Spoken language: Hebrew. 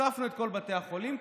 הוספנו את כל בתי החולים,